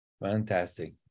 Fantastic